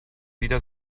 wieder